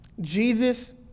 Jesus